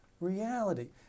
reality